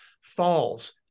Falls